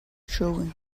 showing